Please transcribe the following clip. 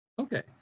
Okay